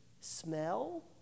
smell